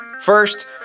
First